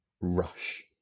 rush